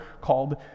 called